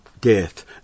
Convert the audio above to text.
death